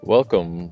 Welcome